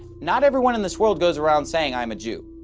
not everyone in this world goes around saying, i'm a jew.